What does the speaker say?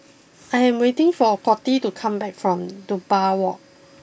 I am waiting for a Coty to come back from Dunbar walk